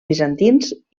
bizantins